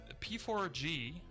P4G